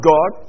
God